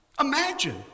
Imagine